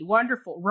Wonderful